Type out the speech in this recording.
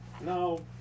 No